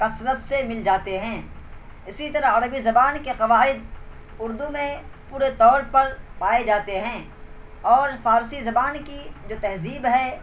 کثرت سے مل جاتے ہیں اسی طرح عربی زبان کے قواعد اردو میں پورے طور پر پائے جاتے ہیں اور فارسی زبان کی جو تہذیب ہے